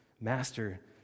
Master